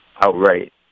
outright